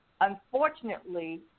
unfortunately –